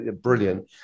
Brilliant